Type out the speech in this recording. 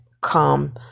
come